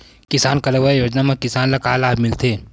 किसान कलेवा योजना म किसान ल का लाभ मिलथे?